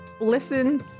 Listen